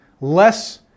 less